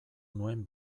nuen